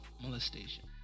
molestation